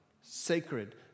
sacred